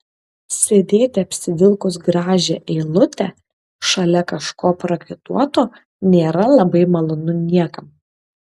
sėdėti apsivilkus gražią eilutę šalia kažko prakaituoto nėra labai malonu niekam